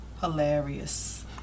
Hilarious